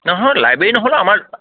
নহয় লাইব্ৰেৰী নহ'লেও আমাৰ